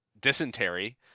dysentery